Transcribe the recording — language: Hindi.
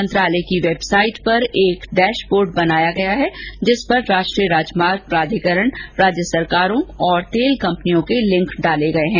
मंत्रालय की वेबसाइट पर एक डैशबोर्ड बनाया गया है जिस पर राष्ट्रीय राजमार्ग प्राधिकरण राज्य सरकारों और तेल कंपनियों के लिंक डाले गये है